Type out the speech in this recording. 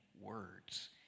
words